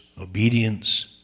obedience